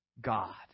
God